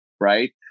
right